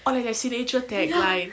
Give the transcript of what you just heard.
or like their signature tagline